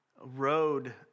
road